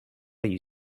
you